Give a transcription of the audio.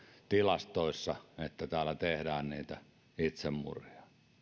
tilastoissa että täällä tehdään niitä itsemurhia